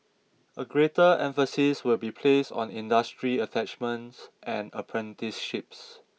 a greater emphasis will be placed on industry attachments and apprenticeships